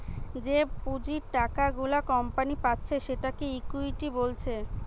যে পুঁজির টাকা গুলা কোম্পানি পাচ্ছে সেটাকে ইকুইটি বলছে